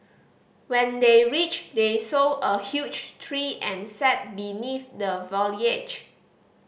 when they reached they saw a huge tree and sat beneath the foliage